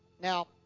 Now